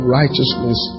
righteousness